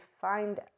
find